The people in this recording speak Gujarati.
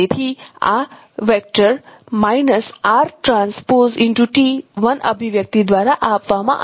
તેથી આ અભિવ્યક્તિ દ્વારા આપવામાં આવ્યું છે